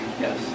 Yes